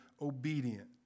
obedient